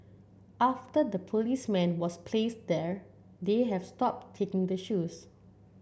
after the policeman was placed there they have stopped taking the shoes